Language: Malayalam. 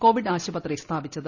കോവിഡ് ആശുപത്രി സ്ഥാപിച്ചത്